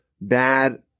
bad